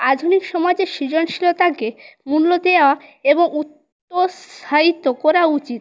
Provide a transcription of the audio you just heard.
আধুনিক সমাজে সৃজনশীলতাকে মূল্য দেওয়া এবং উত্তর সাহিত্য করা উচিত